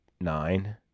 nine